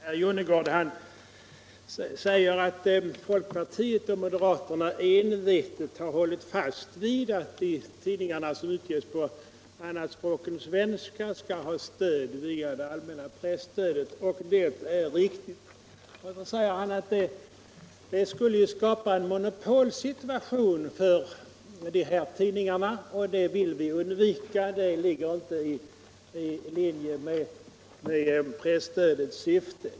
Herr talman! Herr Jonnergård säger att folkpartiet och moderata samlingspartiet envetet har hållit fast vid att de tidningar som utges på annat språk än svenska skall ha stöd via det allmänna presstödet. Det är riktigt. Men så säger han att detta skulle skapa en monopolsituation för de här tidningarna, och det vill vi undvika, eftersom det inte ligger i linje med presstödets syfte.